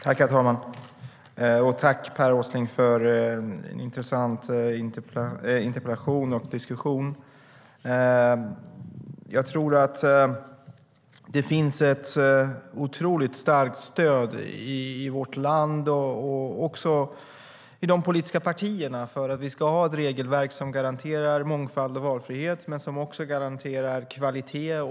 Herr talman! Tack för en intressant interpellation och diskussion, Per Åsling! Det finns ett otroligt starkt stöd i vårt land och också i de politiska partierna för att vi ska ha ett regelverk som garanterar mångfald och valfrihet och som också garanterar kvalitet.